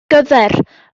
gyfer